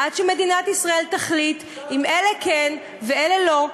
עד שמדינת ישראל תחליט אם אלה כן ואלה לא,